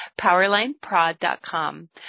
powerlineprod.com